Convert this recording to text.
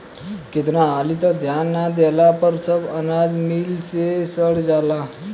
केतना हाली त ध्यान ना देहला पर सब अनाज मिल मे सड़ जाला